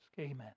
amen